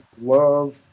love